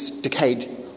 decayed